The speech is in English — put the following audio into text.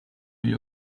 hear